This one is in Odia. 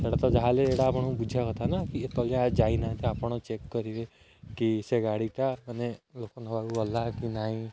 ସେଇଟା ତ ଯାହାହେଲେ ଏଇଟା ଆପଣଙ୍କୁ ବୁଝିବା କଥା ନା କି ଏତେବେଳଯାଏଁ ଯାଇନାହାଁନ୍ତି ତ ଆପଣ ଚେକ୍ କରିବେ କି ସେ ଗାଡ଼ିଟା ମାନେ ଲୋକ ନେବାକୁ ଗଲା କି ନାଇଁ